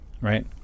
right